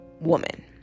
woman